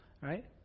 right